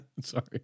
Sorry